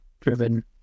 driven